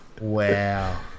wow